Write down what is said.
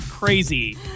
crazy